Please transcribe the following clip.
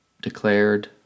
declared